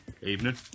evening